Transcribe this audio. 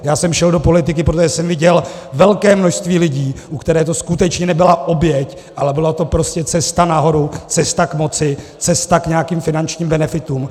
Já jsem šel do politiky, protože jsem viděl velké množství lidí, u kterých to skutečně nebyla oběť, ale byla to prostě cesta nahoru, cesta k moci, cesta k nějakým finančním benefitům.